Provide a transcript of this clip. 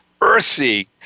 earthy